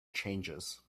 changes